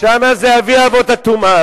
שם זה אבי אבות הטומאה.